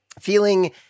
feeling